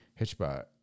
Hitchbot